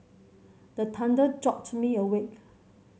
the thunder jolt me awake